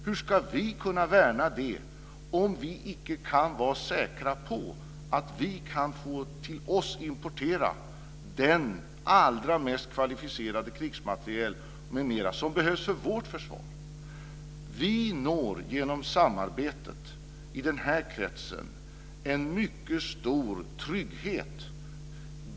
Hur ska vi kunna värna detta om vi icke kan vara säkra på att vi kan få importera den allra mest kvalificerade krigsmateriel m.m. som behövs för vårt försvar? Vi når genom samarbetet i den här kretsen en mycket stor trygghet.